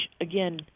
again